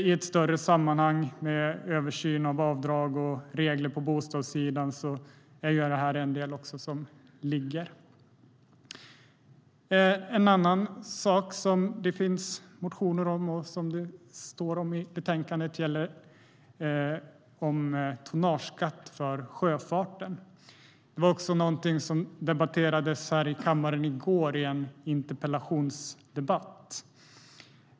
I ett större sammanhang, med en översyn av avdrag och regler på bostadssidan, är detta en del. En annan sak som det finns motioner om och som det står om i betänkandet är tonnageskatt för sjöfarten. Detta debatterades här i kammaren i går i en interpellationsdebatt.